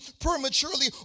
prematurely